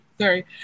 sorry